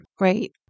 Right